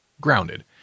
Grounded